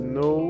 no